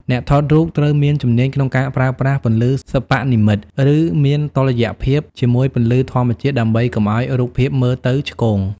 អ្នកថតរូបត្រូវមានជំនាញក្នុងការប្រើប្រាស់ពន្លឺសិប្បនិម្មិត ឱ្យមានតុល្យភាពជាមួយពន្លឺធម្មជាតិ ដើម្បីកុំឱ្យរូបភាពមើលទៅឆ្គង។